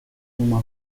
uma